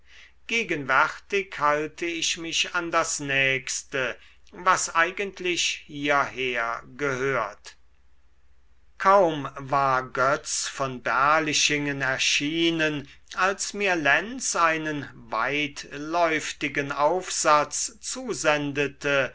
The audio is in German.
gegenwärtig halte ich mich an das nächste was eigentlich hierher gehört kaum war götz von berlichingen erschienen als mir lenz einen weitläuftigen aufsatz zusendete